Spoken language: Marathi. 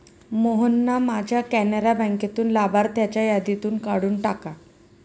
मोहनना माझ्या कॅनरा बँकेतून लाभार्थ्यांच्या यादीतून काढून टाका